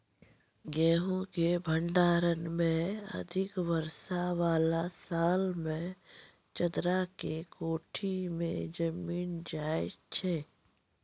गेहूँ के भंडारण मे अधिक वर्षा वाला साल मे चदरा के कोठी मे जमीन जाय छैय?